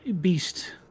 beast